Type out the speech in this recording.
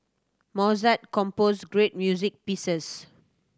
Mozart composed great music pieces